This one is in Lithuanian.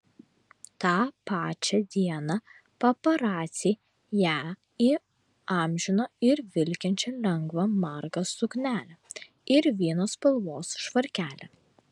tą pačią dieną paparaciai ją įamžino ir vilkinčią lengvą margą suknelę ir vyno spalvos švarkelį